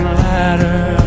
ladder